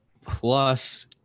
plus